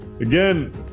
Again